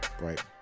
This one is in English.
Right